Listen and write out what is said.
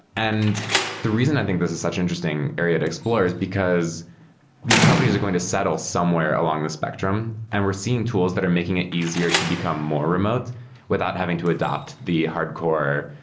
and the reason i think this is such an interesting area to explore is because these companies are going to settle somewhere along the spectrum, and we're seeing tools that are making it easier to become more remote without having to adapt the hardcore,